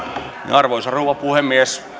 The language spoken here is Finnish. arvoisa rouva puhemies